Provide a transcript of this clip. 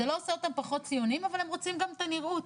זה לא עושה אותם פחות ציונים אבל הם רוצים גם את הנראות